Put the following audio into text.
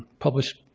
published